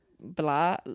blah